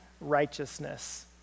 righteousness